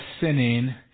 sinning